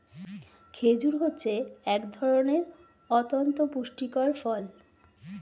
খেজুর হচ্ছে এক ধরনের অতন্ত পুষ্টিকর ফল